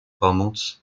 pomóc